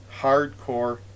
hardcore